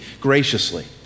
graciously